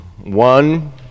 one